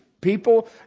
people